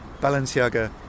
Balenciaga